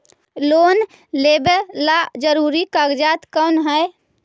Loan लेब ला जरूरी कागजात कोन है?